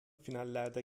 finallerde